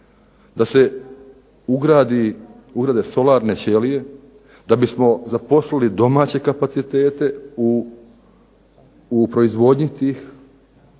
da se ugrade solarne ćelije da bismo zaposlili domaće kapacitete u proizvodnji tih